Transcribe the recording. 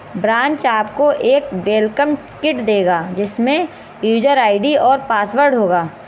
branch आपको एक welcome kit देगा जिसमे यूजर आई.डी और पासवर्ड होगा